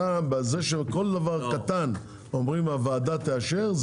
אתה בזה שכל דבר קטן אומרים הוועדה תאשר,